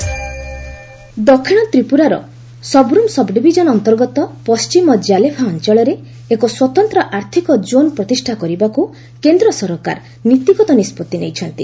Tripura SEZ ଦକ୍ଷିଣ ତ୍ରିପୁରାର Sabroom subdivision ଅନ୍ତର୍ଗତ ପଣ୍ଟିମ ଜାଲେଫା ଅଞ୍ଚଳରେ ଏକ ସ୍ୱତନ୍ତ୍ର ଆର୍ଥିକ ଜୋନ୍ ପ୍ରତିଷ୍ଠା କରିବାକୁ କେନ୍ଦ୍ର ସରକାର ନୀତିଗତ ନିଷ୍କତ୍ତି ନେଇଛନ୍ତି